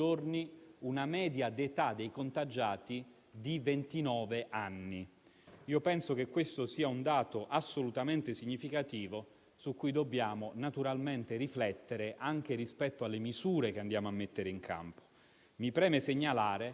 giovani continuano a essere comunque uno strumento di diffusione del virus, e questo può essere pericoloso, qualora il virus dovesse estendersi in modo particolare ai genitori e ai nonni, che pagherebbero un prezzo molto più alto.